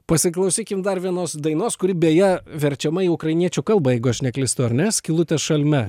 pasiklausykim dar vienos dainos kuri beje verčiama į ukrainiečių kalbą jeigu aš neklystu ar ne skylutės šalme